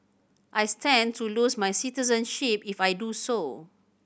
I stand to lose my citizenship if I do so